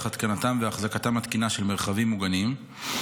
התקנתם והחזקתם התקינה של מרחבים מוגנים,